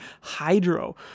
Hydro